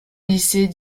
lycée